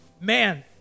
man